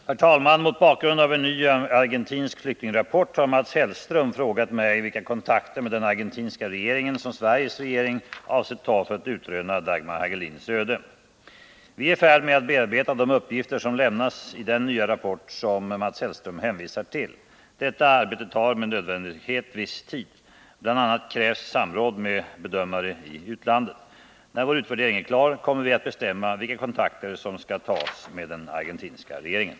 Herr talman! Mot bakgrund av en ny argentinsk flyktingrapport har Mats Hellström frågat mig vilka kontakter med den argentinska regeringen som Sveriges regering avser ta för att utröna Dagmar Hagelins öde. Vi äri färd med att bearbeta de uppgifter som lämnas i den nya rapport som Mats Hellström hänvisar till. Detta arbete tar med nödvändighet viss tid. Bl. a. krävs samråd med bedömare i utlandet. När vår utvärdering är klar, kommer vi att bestämma vilka kontakter som skall tas med den argentinska regeringen.